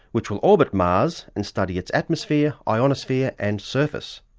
which will orbit mars and study its atmosphere, ionosphere and surface.